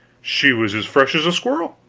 she was as fresh as a squirrel